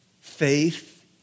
Faith